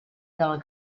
del